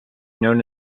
known